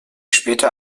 später